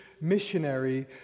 missionary